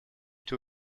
two